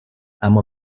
اما